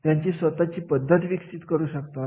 त्याची स्वतःची पद्धत विकसित करू शकतात